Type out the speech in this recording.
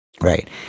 Right